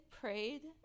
prayed